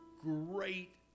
great